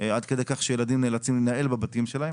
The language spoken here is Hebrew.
עד כדי כך שילדים נאלצים להינעל בבתים שלהם,